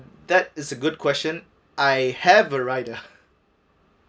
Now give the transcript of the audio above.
that is a good question I have a rider